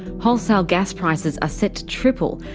wholesale gas prices are set to triple,